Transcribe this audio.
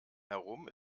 herum